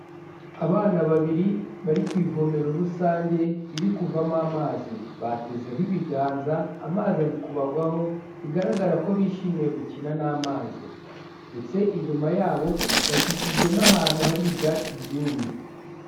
Abana babiri bari ku ivomero rusange riri kuvamo amazi batezeho ibiganza, amazi ari kubagwaho bigaragara ko bishimiye gukina n'amazi ndetse inyuma y'abo bakikijwe n'ahantu hari ibyatsi byumye.